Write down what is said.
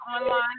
online